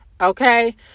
Okay